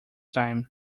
time